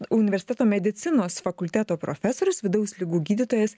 universiteto medicinos fakulteto profesorius vidaus ligų gydytojas